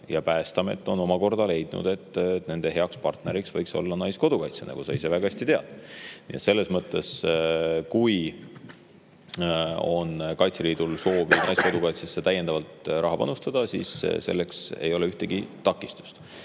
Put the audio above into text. Päästeamet on omakorda leidnud, et nende heaks partneriks võiks olla Naiskodukaitse, nagu sa ise väga hästi tead. Nii et selles mõttes, kui Kaitseliidul on soov Naiskodukaitsesse täiendavalt raha panustada, siis selleks ei ole ühtegi takistust.